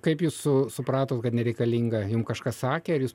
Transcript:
kaip jūs su supratot kad nereikalinga jum kažkas sakė ar jūs